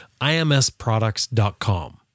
IMSproducts.com